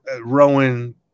Rowan